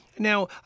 Now